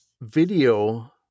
video